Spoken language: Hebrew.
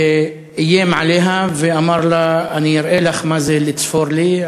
איים עליה ואמר לה: אני אראה לך מה זה לצפור לי,